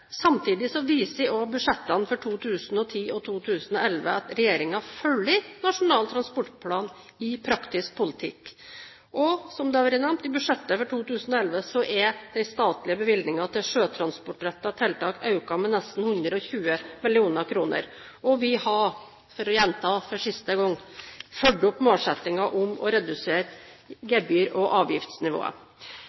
Samtidig viser budsjettene for 2010 og 2011 at regjeringen følger Nasjonal transportplan i praktisk politikk. Og som det har vært nevnt: I budsjettet for 2011 er den statlige bevilgningen til sjøtransportrettede tiltak økt med nesten 120 mill. kr, og vi har – for å gjenta for siste gang – fulgt opp målsettingen om å redusere